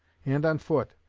and on foot,